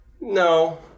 No